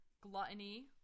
gluttony